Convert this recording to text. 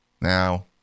Now